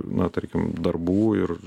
na tarkim darbų ir